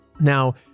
Now